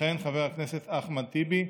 יכהן חבר הכנסת אחמד טיבי.